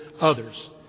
others